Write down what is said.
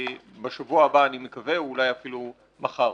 בשבוע הבא אני מקווה, אולי אפילו מחר.